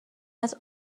است